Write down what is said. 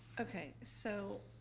okay, so